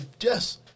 yes